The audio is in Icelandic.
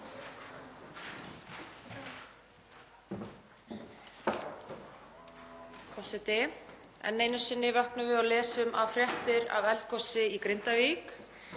Forseti. Enn einu sinni vöknum við og lesum fréttir af eldgosi í Grindavík.